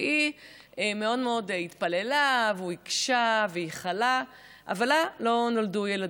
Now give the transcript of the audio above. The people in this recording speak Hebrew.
והיא מאוד מאוד התפללה וביקשה וייחלה לה לא נולדו ילדים.